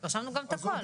אנחנו נראה את הבג"ץ הזה.